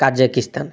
Kazakhstan